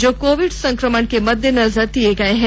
जो कोविड संक्रमण के मद्देनजर दिये गये हैं